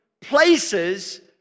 places